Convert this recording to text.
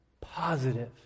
positive